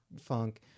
funk